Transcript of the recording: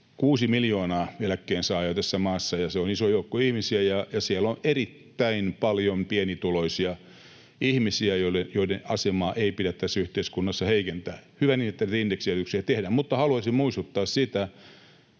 1,6 miljoonaa eläkkeensaajaa tässä maassa. Se on iso joukko ihmisiä, ja siellä on erittäin paljon pienituloisia ihmisiä, joiden asemaa ei pidä tässä yhteiskunnassa heikentää. Hyvä niin, ettei indeksijäädytyksiä tehdä. Mutta haluaisin muistuttaa siitä,